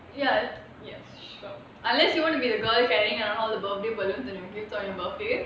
ya yes sure unless you want to be the girl carrying around her birthday balloons and your gift on your birthday